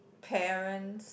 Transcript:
parents